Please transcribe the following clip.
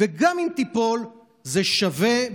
זה שווה,